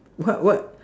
what what